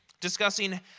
discussing